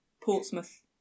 Portsmouth